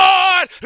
Lord